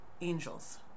angels